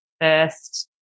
first